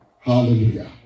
Hallelujah